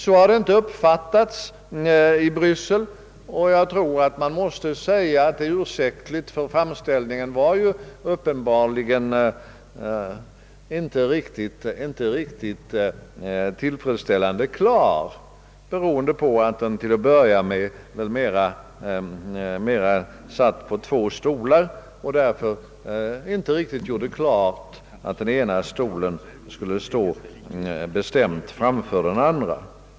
Så har det inte uppfattats i Bryssel, och jag tror, att man måste säga att det är ursäktligt, ty framställningen var uppenbarligen inte tillräckligt klar, beroende på att regeringen till en början satt på två stolar och därför inte gjorde klart att den ena stolen skulle stå bestämt framför den andra.